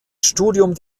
studium